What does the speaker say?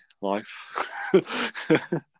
life